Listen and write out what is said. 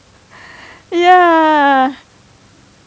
ya